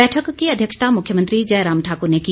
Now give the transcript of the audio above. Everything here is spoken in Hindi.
बैठक की अध्यक्षता मुख्यमंत्री जयराम ठाकुर ने की